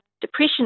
depression